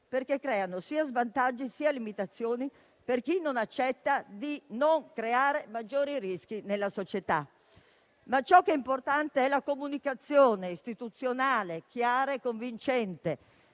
perché creano sia svantaggi, sia limitazioni per chi non accetta di non creare maggiori rischi nella società, ma ciò che è importante è la comunicazione istituzionale, chiara e convincente.